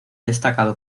destacado